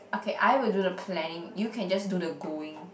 okay I will do the planning you can just do the going